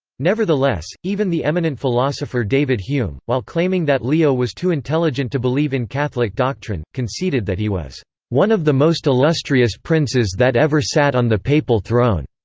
nevertheless, even the eminent philosopher david hume, while claiming that leo was too intelligent to believe in catholic doctrine, conceded that he was one of the most illustrious princes that ever sat on the papal throne.